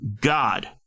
God